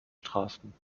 straßen